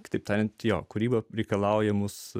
kitaip tariant jo kūryba reikalaujamus